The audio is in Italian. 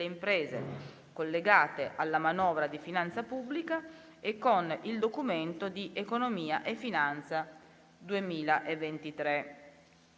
imprese, collegata alla manovra di finanza pubblica e con il Documento di economia e finanza 2023.